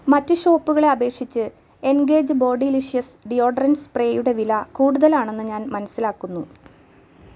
മറ്റ് ഷോപ്പുകളെ അപേക്ഷിച്ച് എൻഗേജ് ബോഡിലിഷ്യസ് ഡിയോഡ്രെന്റ് സ്പ്രേയുടെ വില കൂടുതലാണെന്ന് ഞാൻ മനസ്സിലാക്കുന്നു